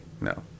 No